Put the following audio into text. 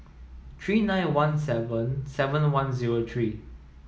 three nine one seven seven one zero three